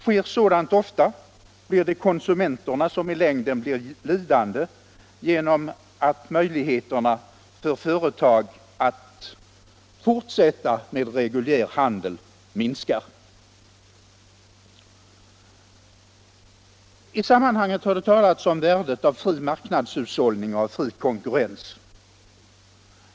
Sker sådant ofta, blir konsumenterna i längden lidande genom att möjligheterna för företag att fortsätta med reguljär handel minskar. I sammanhanget har det talats om värdet av fri marknadshushållning och fri konkurrens.